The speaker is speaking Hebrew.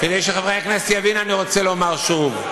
כדי שחברי הכנסת יבינו, אני רוצה לומר שוב.